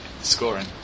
scoring